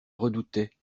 redoutait